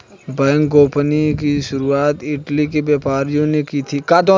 bank गोपनीयता की शुरुआत इटली के व्यापारियों ने की थी